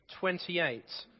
28